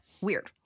weird